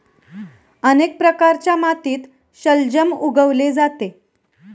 अनेक प्रकारच्या मातीत शलजम उगवले जाते